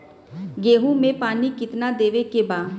गेहूँ मे पानी कितनादेवे के बा?